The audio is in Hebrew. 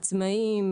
עצמאים,